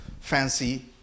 fancy